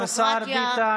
השר ביטן,